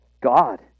God